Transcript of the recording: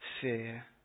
fear